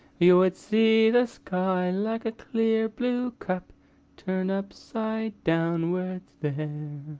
you would see the sky like a clear blue cup turned upside downwards there.